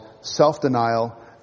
self-denial